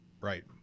Right